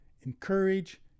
encourage